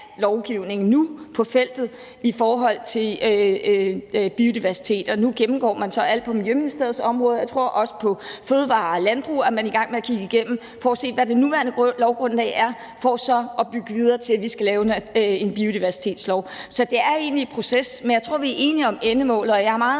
lovgivning nu på feltet i forhold til biodiversitet. Nu gennemgår man så alt på Miljøministeriets område, og jeg tror også, at man på fødevare- og landbrugsområdet er i gang med at kigge det igennem for at se, hvad det nuværende lovgrundlag er, for så at bygge videre, så der kan laves en biodiversitetslov. Så det er egentlig i proces, men jeg tror, vi er enige om endemålet. Og jeg er meget